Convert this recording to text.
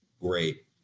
great